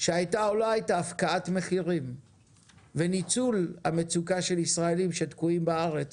שהייתה או לא הייתה הפקעת מחירים וניצול המצוקה של ישראלים שתקועים בארץ